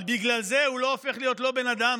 אבל בגלל זה הוא לא הופך להיות לא בן אדם,